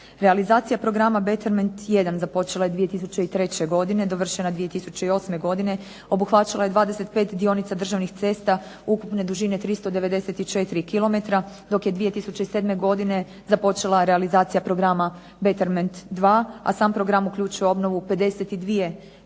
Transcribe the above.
Realizacija programa Betterment jedan započela je 2003. godine. Dovršena je 2008. godine. Obuhvaćala je 25 dionica državnih cesta ukupne dužine 394 km dok je 2007. godine započela realizacija programa Betterment dva, a sam program uključuje obnovu 52